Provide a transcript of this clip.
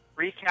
Recap